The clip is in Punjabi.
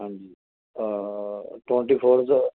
ਹਾਂਜੀ ਟਵੈਂਟੀ ਫੋਰਸ